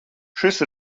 šis